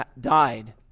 died